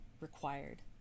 required